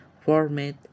format